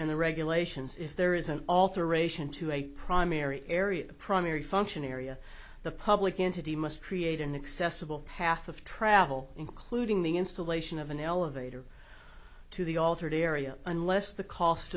and the regulations if there is an alteration to a primary area the primary function area the public entity must create an accessible path of travel including the installation of an elevator to the altered area unless the cost